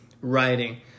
writing